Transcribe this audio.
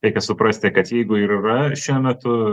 reikia suprasti kad jeigu ir yra šiuo metu